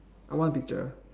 one picture